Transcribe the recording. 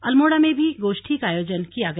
अल्मोड़ा में भी गोष्ठी का आयोजन किया गया